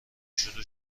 شروع